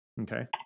Okay